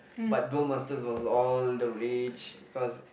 but duel-masters was all the rage because